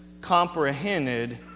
comprehended